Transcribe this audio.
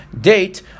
date